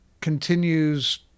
continues